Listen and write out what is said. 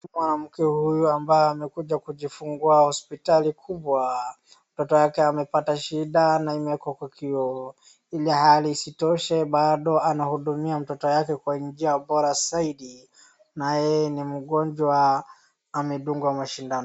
Mwanamke huyu ambaye amekuja kujifungua hospitali kubwa, mtoto wake amepata shida na imewekwa kwa kioo. Ilhali isitoshe bado anahudumia mtoto wake kwa njia bora zaidi na yeye ni mgonjwa amedugwa mashindano.